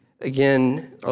Again